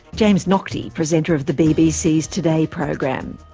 james naughtie, presenter of the bbc's today program.